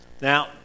Now